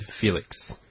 Felix